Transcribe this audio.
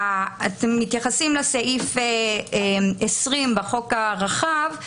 מתייחסים לסעיף 20 בחוק הרחב,